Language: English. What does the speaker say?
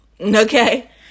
Okay